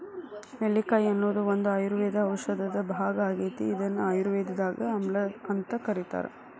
ನೆಲ್ಲಿಕಾಯಿ ಅನ್ನೋದು ಒಂದು ಆಯುರ್ವೇದ ಔಷಧದ ಭಾಗ ಆಗೇತಿ, ಇದನ್ನ ಆಯುರ್ವೇದದಾಗ ಆಮ್ಲಾಅಂತ ಕರೇತಾರ